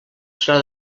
serà